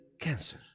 cancer